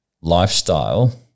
lifestyle